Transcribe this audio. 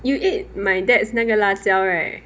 you eat my dad's 那个辣椒 right